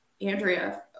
Andrea